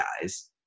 guys